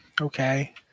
Okay